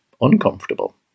uncomfortable